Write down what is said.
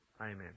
Amen